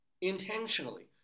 Intentionally